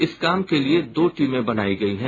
इस काम के लिये दो टीमें बनायी गयी हैं